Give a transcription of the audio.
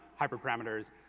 hyperparameters